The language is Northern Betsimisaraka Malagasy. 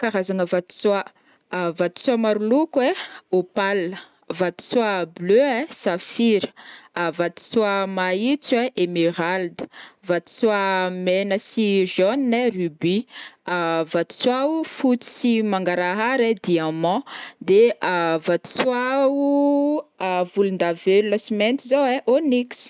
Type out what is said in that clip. Karazagna vatosoa, vatosoa maro loko ai: opale, vatosoa bleu ai: safira, vatosoa maitso ai: émeralde, vatosoa mena sy jaune ai: rubis, vatosoa fotsy sy mangarahara aii: diamant, de vatosoa o volondavelogna sy maitso zao ai: onix.